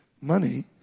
money